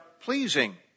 pleasing